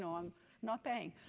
so i'm not paying.